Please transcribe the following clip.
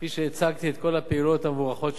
כפי שהצגתי את כל הפעילויות המוערכות שלה,